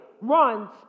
runs